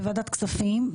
בוועדת הכספים,